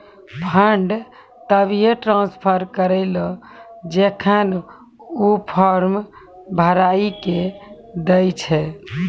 fund तभिये transfer करऽ जेखन ऊ फॉर्म भरऽ के दै छै